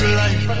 life